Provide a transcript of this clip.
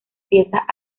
piezas